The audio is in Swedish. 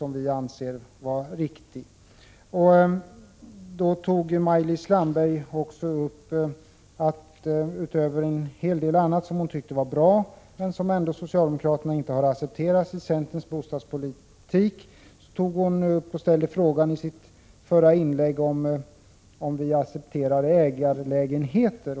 Maj-Lis Landberg tog upp en hel del som hon tyckte var bra i centerns bostadspolitik men som socialdemokraterna ändå inte har accepterat, och hon ställde frågan om vi accepterar ägarlägenheter.